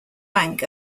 bank